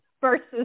Versus